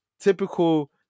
typical